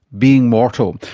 being mortal,